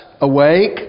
awake